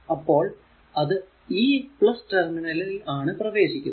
അപ്പോൾ അത് ഈ ടെർമിനലിൽ ആണ് പ്രവേശിക്കുന്നത്